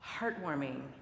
heartwarming